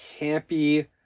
campy